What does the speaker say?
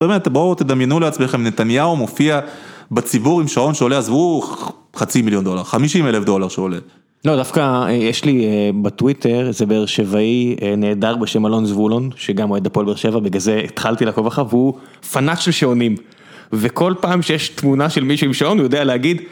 באמת, בואו תדמיינו לעצמכם, נתניהו מופיע בציבור עם שעון שעולה, אז עזבו אוח, חצי מיליון דולר, חמישים אלף דולר שעולה. לא, דווקא יש לי בטוויטר איזה באר שבעי נהדר בשם אלון זבולון, שגם הוא הייתה פול בר שבע, בגלל זה התחלתי לעקוב אחריו, והוא פנאק של שעונים. וכל פעם שיש תמונה של מישהו עם שעון הוא יודע להגיד.